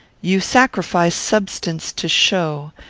you sacrifice substance to show,